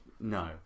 No